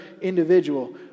individual